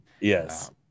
Yes